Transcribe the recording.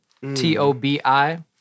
T-O-B-I